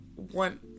One